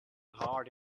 heart